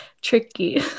tricky